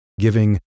giving